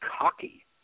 Cocky